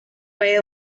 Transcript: way